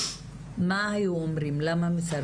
מה היו אומרים למה היו מסרבים?